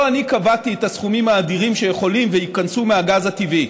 לא אני קבעתי את הסכומים האדירים שיכול שייכנסו מהגז הטבעי.